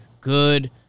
Good